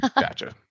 gotcha